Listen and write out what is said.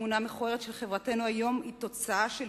התמונה המכוערת של חברתנו היום היא תוצאה של